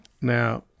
Now